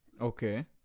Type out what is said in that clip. Okay